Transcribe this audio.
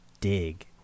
dig